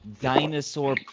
dinosaur